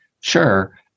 Sure